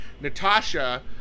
natasha